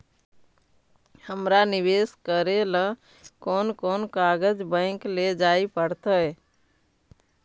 हमरा निवेश करे ल कोन कोन कागज बैक लेजाइ पड़तै?